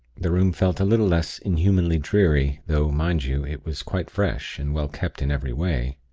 the room felt a little less inhumanly dreary though, mind you, it was quite fresh, and well kept in every way.